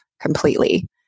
completely